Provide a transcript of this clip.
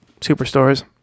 superstores